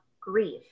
grieve